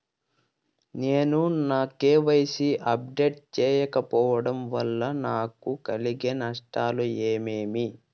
నేను నా కె.వై.సి ని అప్డేట్ సేయకపోవడం వల్ల నాకు కలిగే నష్టాలు ఏమేమీ?